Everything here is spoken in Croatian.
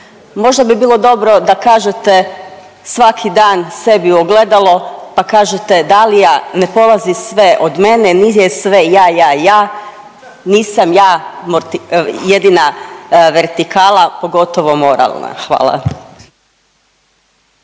možda bi bilo dobro da kažete svaki dan sebi u ogledalo pa kažete da li ja ne polazi sve od mene, nije sve ja, ja, ja. Nisam ja jedina vertikala, pogotovo moralna. Hvala.